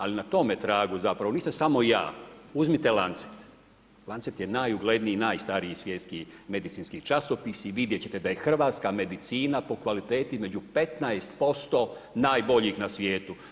Ali na tome tragu zapravo, nisam samo ja, uzmite Lancet, Lancet je najugledniji i najstariji svjetski medicinski časopis i vidjet ćete da je hrvatska medicina po kvaliteti među 15% najboljih na svijetu.